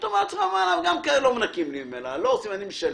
שאתה אומר לעצמך: גם לא מנקים לי ולא עושים עבורי ואני משלם.